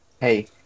Hey